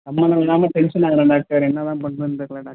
சம்மந்தமில்லாமல் tension ஆகிறேன் doctor என்ன தான் பண்ணுறதுனு தெரியலை டாக்டர்